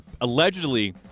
allegedly